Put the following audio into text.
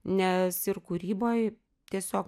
nes ir kūryboj tiesiog